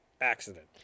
accident